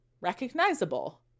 recognizable